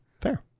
Fair